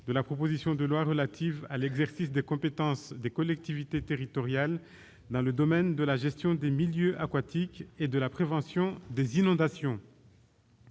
de la proposition de loi relative à l'exercice des compétences des collectivités territoriales dans le domaine de la gestion des milieux aquatiques et de la prévention des inondations